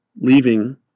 leaving